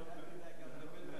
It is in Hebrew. למלחמה בסמים (תיקון מס' 3),